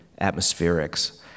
atmospherics